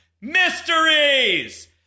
mysteries